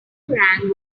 rang